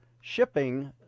shipping